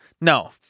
No